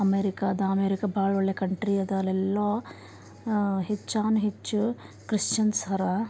ಅಮೇರಿಕಾದ ಅಮೇರಿಕಾ ಭಾಳ ಒಳ್ಳೆಯ ಕಂಟ್ರಿ ಅದ ಅಲ್ಲೆಲ್ಲ ಹೆಚ್ಚಾನುಹೆಚ್ಚು ಕ್ರಿಶ್ಚಿಯನ್ಸ್ ಹರ